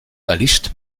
erlischt